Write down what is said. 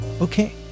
Okay